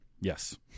Yes